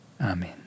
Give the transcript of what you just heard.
Amen